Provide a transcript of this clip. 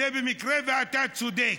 וזה במקרה שאתה צודק,